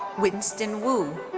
winston wu.